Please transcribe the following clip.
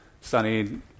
sunny